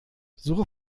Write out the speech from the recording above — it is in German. suche